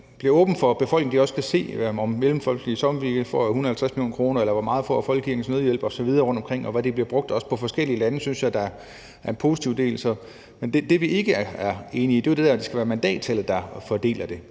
mere åbne for, at befolkningen også kan se, om Mellemfolkeligt Samvirke får 150 mio. kr., eller hvor meget Folkekirkens Nødhjælp får osv., og hvad de bliver brugt på, også i forhold til forskellige lande. Det synes jeg da er en positiv del. Men det, vi ikke er enige i, er det der med, at det skal være mandattallet, det fordeles efter.